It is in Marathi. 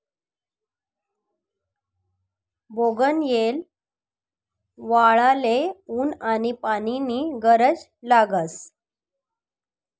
बोगनयेल वाढाले ऊन आनी पानी नी गरज लागस